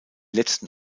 letzten